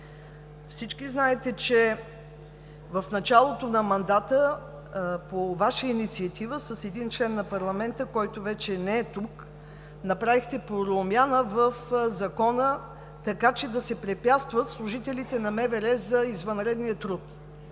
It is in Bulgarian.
Всички знаете, че в началото на мандата по Ваша инициатива с един член на парламента, който вече не е тук, направихте промяна в закона, така че да се препятстват служителите на МВР за извънредния труд.